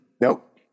Nope